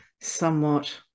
somewhat